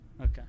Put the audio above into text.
Okay